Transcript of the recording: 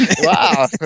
Wow